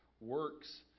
works